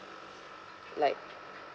like